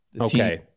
Okay